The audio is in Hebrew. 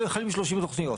חלים 30 תוכניות.